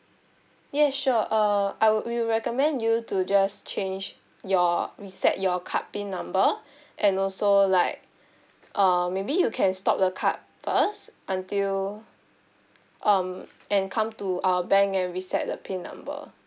ya sure uh I will we will recommend you to just change your reset your card PIN number and also like err maybe you can stop the card first until um and come to our bank and reset the PIN number